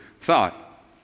thought